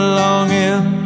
longing